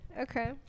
Okay